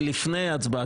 שלפני ההצבעה,